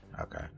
okay